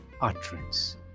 utterance